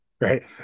right